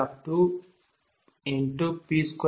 5| V|2xr21x2P22Q20